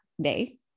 day